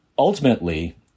Ultimately